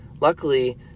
Luckily